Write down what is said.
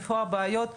איפה הבעיות.